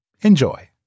Enjoy